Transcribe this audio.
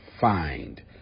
find